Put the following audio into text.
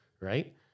right